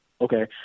okay